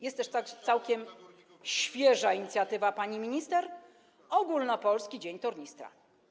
Jest też całkiem świeża inicjatywa pani minister: ogólnopolski dzień tornistra.